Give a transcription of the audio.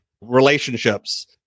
relationships